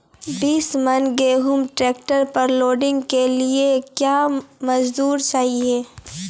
बीस मन गेहूँ ट्रैक्टर पर लोडिंग के लिए क्या मजदूर चाहिए?